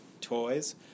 toys